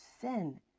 sin